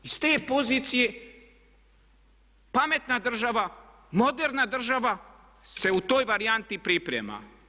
I s te pozicije pametna država, moderna država se u toj varijanti priprema.